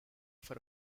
for